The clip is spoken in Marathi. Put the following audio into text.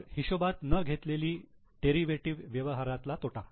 मग हिशोबात न घेतलेला डेरिव्हेटिव्ह व्यवहारातला तोटा